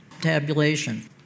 tabulation